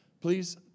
please